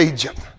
Egypt